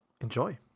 enjoy